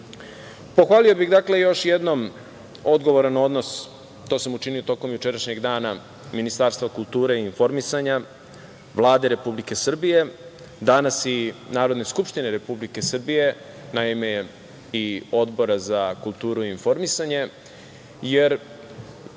bih, dakle, još jednom odgovoran odnos, to sam učinio tokom jučerašnjeg dana, Ministarstva kulture i informisanja, Vlade Republike Srbije, danas i Narodne skupštine Republike Srbije, naime i Odbora za kulturu i informisanje, jer